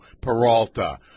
Peralta